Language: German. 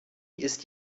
ist